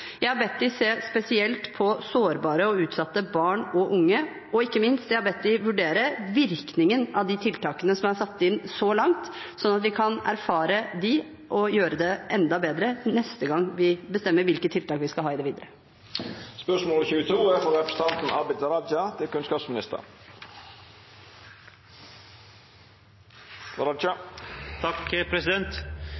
Jeg har bedt dem se spesielt på sårbare og utsatte barn og unge, og – ikke minst – jeg har bedt dem vurdere virkningen av de tiltakene som er satt inn så langt, slik at vi kan trekke erfaringer fra det og gjøre det enda bedre neste gang vi bestemmer hvilke tiltak vi skal ha i det